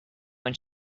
when